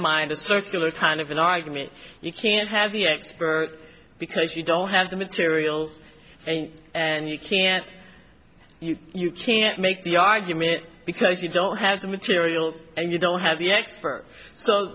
mind a circular kind of an argument you can't have the expert because you don't have the materials and you can't you can't make the argument because you don't have the materials and you don't have the expert